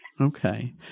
Okay